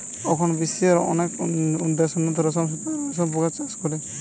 অখন বিশ্বের অনেক দেশ উন্নত রেশম সুতা আর রেশম পোকার চাষ করে